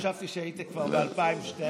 חשבתי שהיית כבר ב-2012.